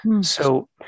So-